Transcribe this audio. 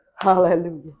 hallelujah